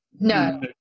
No